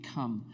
come